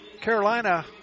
Carolina